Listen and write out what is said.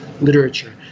literature